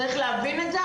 צריך להבין את זה.